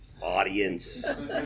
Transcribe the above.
Audience